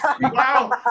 Wow